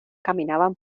caminaban